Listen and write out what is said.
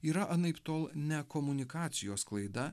yra anaiptol ne komunikacijos klaida